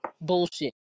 bullshit